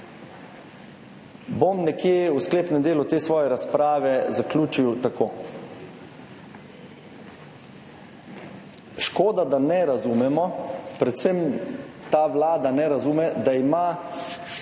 Bom nekje v sklepnem delu te svoje razprave zaključil tako. Škoda, da ne razumemo, predvsem ta vlada ne razume, zakaj ima